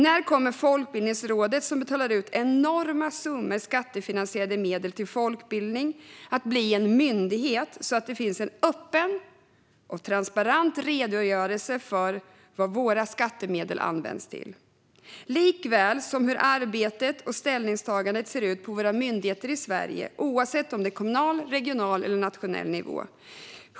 När kommer Folkbildningsrådet, som betalar ut enorma summor skattefinansierade medel till folkbildning, att bli en myndighet så att det finns en öppen och transparent redogörelse för vad våra skattemedel används till? Det handlar också om hur arbetet och ställningstagandet ser ut på våra myndigheter i Sverige, oavsett om det är på kommunal, regional eller nationell nivå.